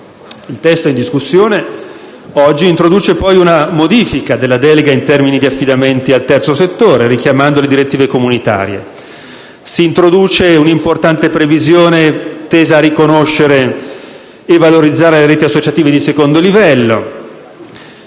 Il testo in discussione oggi introduce, poi, una modifica della delega in termini di affidamenti al terzo settore, richiamando le direttive comunitarie. Si introduce un'importante previsione tesa a riconoscere e valorizzare le reti associative di secondo livello.